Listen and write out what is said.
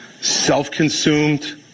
self-consumed